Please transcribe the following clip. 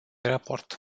raport